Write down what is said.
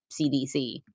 CDC